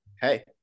Hey